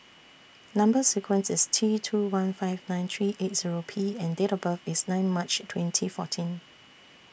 Number sequence IS T two one five nine three eight Zero P and Date of birth IS nine March twenty fourteen